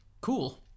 cool